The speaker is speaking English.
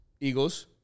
Eagles